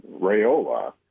Rayola